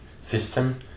system